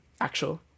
Actual